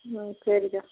ம் சரிக்கா